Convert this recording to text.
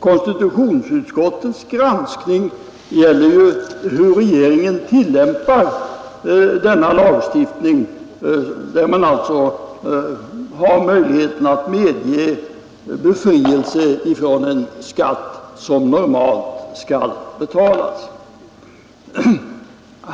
Konstitutionsutskottets granskning gäller ju hur regeringen tillämpar lagstiftningen, där det alltså finns möjlighet att medge befrielse från en skatt som normalt skall betalas.